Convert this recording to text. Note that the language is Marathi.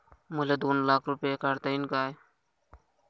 मले दोन लाख रूपे काढता येईन काय?